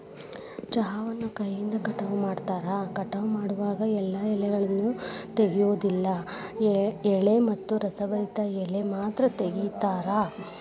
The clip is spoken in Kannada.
ಚಹಾವನ್ನು ಕೈಯಿಂದ ಕಟಾವ ಮಾಡ್ತಾರ, ಕಟಾವ ಮಾಡೋವಾಗ ಎಲ್ಲಾ ಎಲೆಗಳನ್ನ ತೆಗಿಯೋದಿಲ್ಲ ಎಳೆ ಮತ್ತ ರಸಭರಿತ ಎಲಿ ಮಾತ್ರ ತಗೋತಾರ